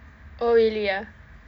oh really ah